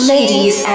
Ladies